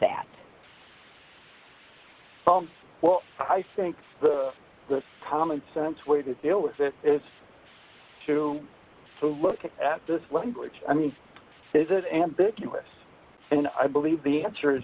that well i think the commonsense way to deal with it is to look at the language i mean is it ambiguous and i believe the answer is